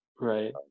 Right